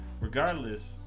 regardless